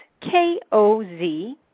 K-O-Z